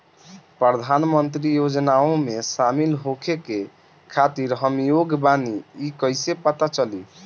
प्रधान मंत्री योजनओं में शामिल होखे के खातिर हम योग्य बानी ई कईसे पता चली?